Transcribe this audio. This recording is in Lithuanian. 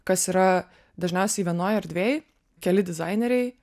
kas yra dažniausiai vienoj erdvėj keli dizaineriai